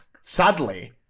Sadly